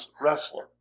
wrestler